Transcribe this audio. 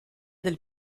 del